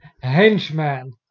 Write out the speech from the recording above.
Henchman